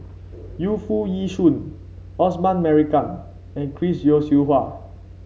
Yu Foo Yee Shoon Osman Merican and Chris Yeo Siew Hua